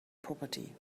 property